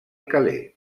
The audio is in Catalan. calais